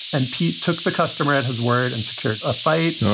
and pete took the customer at his word and secured a fight.